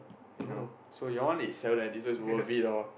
you know so your is seven ninety so it's worth it lor